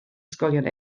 ysgolion